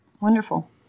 Wonderful